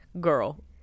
Girl